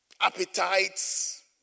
appetites